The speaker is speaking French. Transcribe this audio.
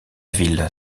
ville